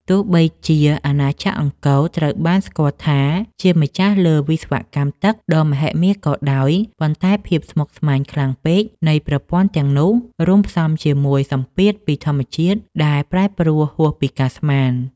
ទោះបីជាអាណាចក្រអង្គរត្រូវបានស្គាល់ថាជាម្ចាស់លើវិស្វកម្មទឹកដ៏មហិមាក៏ដោយ ប៉ុន្តែភាពស្មុគស្មាញខ្លាំងពេកនៃប្រព័ន្ធទាំងនោះ រួមផ្សំជាមួយសម្ពាធពីធម្មជាតិដែលប្រែប្រួលហួសពីការស្មាន។